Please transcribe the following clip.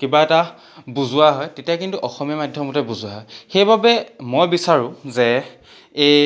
কিবা এটা বুজোৱা হয় তেতিয়া কিন্তু অসমীয়া মাধ্যমতে বুজোৱা হয় সেইবাবে মই বিচাৰো যে এই